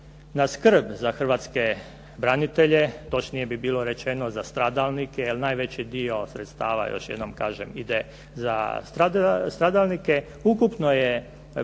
na skrb za hrvatske branitelje, točnije bi bilo rečeno za stradalnike, jer najveći dio sredstava još jednom kažem ide za stradalnike ukupno je utrošeno